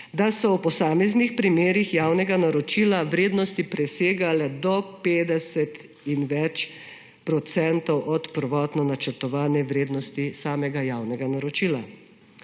da so v posameznih primerih javnega naročila vrednosti presegale do 50 in več procentov od prvotno načrtovane vrednosti samega javnega naročila.